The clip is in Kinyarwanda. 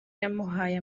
yamuhaye